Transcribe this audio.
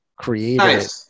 created